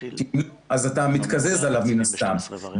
אז אתה מתקזז עליו, מן הסתם.